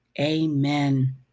amen